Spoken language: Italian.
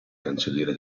cancelliere